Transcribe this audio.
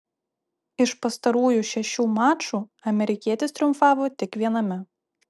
iš pastarųjų šešių mačų amerikietis triumfavo tik viename